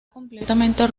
completamente